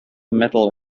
metal